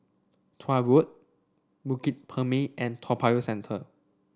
Tuah Road Bukit Purmei and Toa Payoh Central